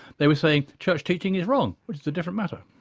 they were saying church teaching is wrong, which is a different matter.